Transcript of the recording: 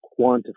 quantify